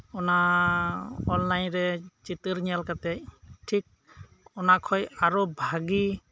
ᱚᱱᱟ ᱚᱱᱞᱟᱭᱤᱱ ᱨᱮ ᱪᱤᱛᱟᱹᱨ ᱧᱮᱞ ᱠᱟᱛᱮ ᱴᱷᱤᱠ ᱚᱱᱟ ᱠᱷᱚᱡ ᱟᱨᱚ ᱵᱷᱟᱜᱮ